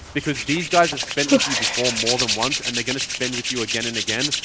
because these guys have spent with you before more than once, and they're gonna spend with you again and again.